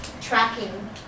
Tracking